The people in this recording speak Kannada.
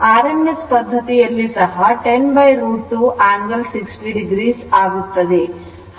rms ಪದ್ಧತಿಯಲ್ಲಿ ಸಹ 10√ 2 angle 60 o ಆಗುತ್ತದೆ